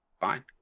fine